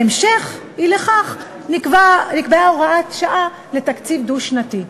בהמשך: אי לכך נקבעה הוראת שעה לתקציב דו-שנתי.